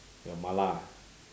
your mala ah